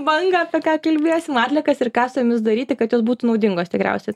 bangą apie ką kalbėsim atliekas ir ką su jomis daryti kad jos būtų naudingos tikriausia